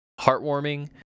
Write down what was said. heartwarming